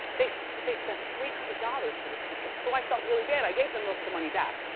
they they spent three hundred dollars for the tickets. so, i felt really bad, i gave them the the money back.